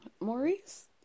Maurice